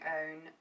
own